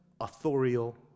authorial